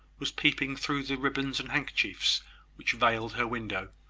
was peeping through the ribbons and handkerchiefs which veiled her window,